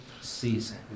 season